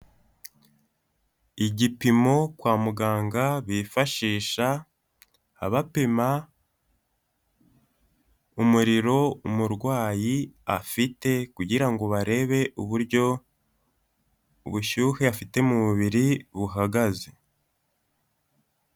Igipimo kwa muganga bifashisha bapima umuriro umurwayi afite kugira ngo barebe uburyo ubushyuhe afite mu mubiri buhagaze.